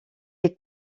est